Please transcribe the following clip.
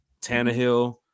Tannehill